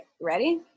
Ready